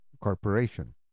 Corporation